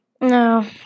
No